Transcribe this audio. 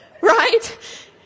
right